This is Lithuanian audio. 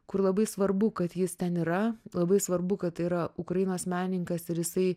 kur labai svarbu kad jis ten yra labai svarbu kad tai yra ukrainos menininkas ir jisai